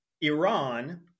Iran